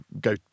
go